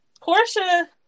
Portia